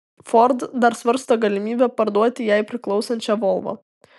ford dar svarsto galimybę parduoti jai priklausančią volvo